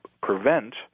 prevent